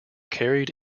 carried